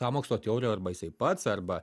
sąmokslo teorijų arba jisai pats arba